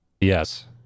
Yes